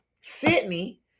Sydney